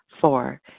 Four